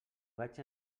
vaig